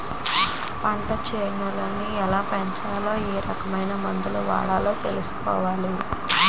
పంటసేలని ఎలాపెంచాలో ఏరకమైన మందులు వాడాలో తెలుసుకోవాలి